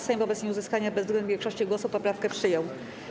Sejm wobec nieuzyskania bezwzględnej większości głosów poprawkę przyjął.